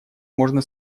можно